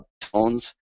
tones